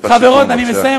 אני מסיים,